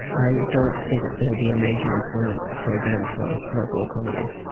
i don't think it's going to be a major employment program for local economies.